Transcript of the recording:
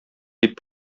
дип